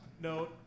No